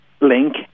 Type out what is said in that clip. link